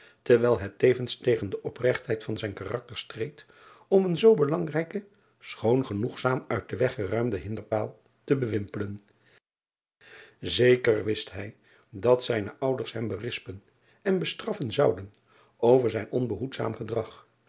terwijl het tevens tegen de opregtheid van zijn karakter streed om een zoo belangrijken schoon genoegzaam uit den weg geruimden hinderpaal te bewimpelen eker wist hij dat zijne ouders hem berispen en bestraffen zouden over zijn onbehoedzaam gedrag